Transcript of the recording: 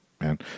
man